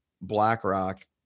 BlackRock